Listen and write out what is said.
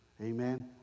Amen